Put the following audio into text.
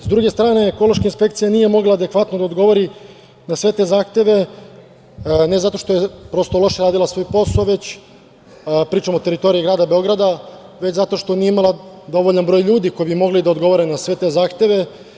S druge strane, ekološka inspekcija nije mogla adekvatno da odgovori na sve te zahteve, ne zato što je prosto, loše radila svoj posao, već pričam o teritoriji grada Beograda, već zato što nije imala dovoljan broj ljudi koji bi mogli da odgovore na sve te zahteve.